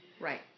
Right